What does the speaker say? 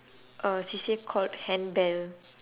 uh C_C_A called handbell